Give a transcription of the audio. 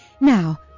Now